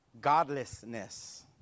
godlessness